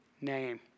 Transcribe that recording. name